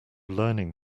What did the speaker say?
learning